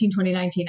2019